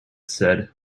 said